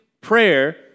prayer